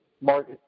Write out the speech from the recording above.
Mark